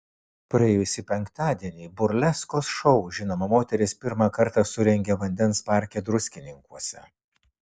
praėjusį penktadienį burleskos šou žinoma moteris pirmą kartą surengė vandens parke druskininkuose